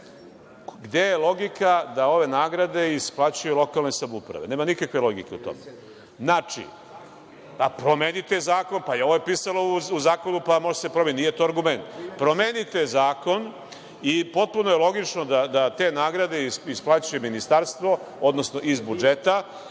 Gde je logika da ove nagrade isplaćuju lokalne samouprave? Nema nikakve logike u tome. Znači, promenite zakon. Ovo je pisalo u zakonu, pa može da se promeni, nije to argument. Promenite zakon i potpuno je logično da te nagrade isplaćuje ministarstvo, odnosno iz budžeta.